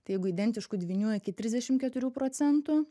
tai jeigu identiškų dvynių iki trisdešimt keturių procentų